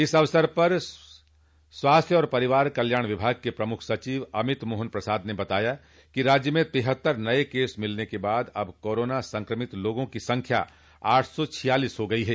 इस अवसर पर स्वास्थ्य और परिवार कल्याण विभाग के प्रमुख सचिव अमित मोहन प्रसाद ने बताया कि राज्य में तिहत्तर नये केस मिलने के बाद अब कोरोना संक्रमित लोगों की संख्या आठ सौ छियालीस हो गई है